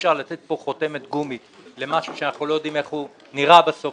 אי-אפשר לתת פה חותמת גומי למשהו שאנחנו לא יודעים איך הוא נראה בסוף,